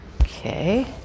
Okay